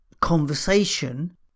conversation